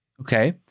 Okay